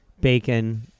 bacon